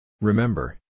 Remember